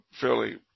fairly